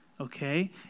Okay